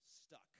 stuck